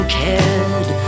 cared